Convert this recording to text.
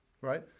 right